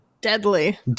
deadly